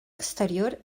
exterior